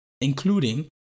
including